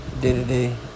day-to-day